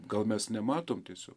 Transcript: gal mes nematom tiesio